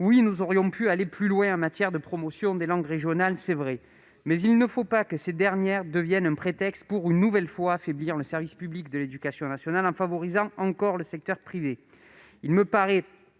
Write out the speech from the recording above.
Oui, nous aurions pu aller plus loin en matière de promotion des langues régionales, c'est vrai, mais il ne faut pas que ces dernières deviennent un prétexte pour, une nouvelle fois, affaiblir le service public de l'éducation nationale en favorisant encore le secteur privé.